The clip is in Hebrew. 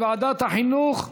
לוועדת החינוך,